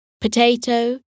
Potato